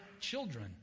children